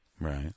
Right